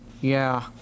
Yeah